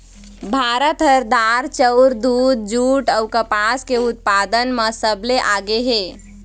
भारत ह दार, चाउर, दूद, जूट अऊ कपास के उत्पादन म सबले आगे हे